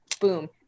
Boom